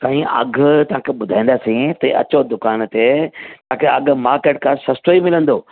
साईं अघु तव्हांखे ॿुधाईंदासीं ते अचो दुकान ते तव्हांखे अघु मार्किट खां सस्तो ई मिलंदो